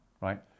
right